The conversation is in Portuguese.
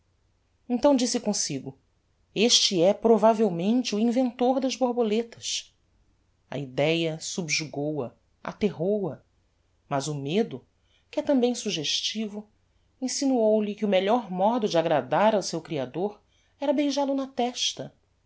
então disse comsigo este é provavelmente o inventor das borboletas a idéa subjugou a aterrou a mas o medo que é tambem suggestivo insinuou lhe que o melhor modo de agradar ao seu creador era beijal o na testa